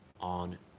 on